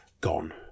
gone